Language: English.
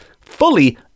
fully